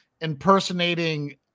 impersonating